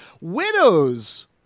Widows